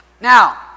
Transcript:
Now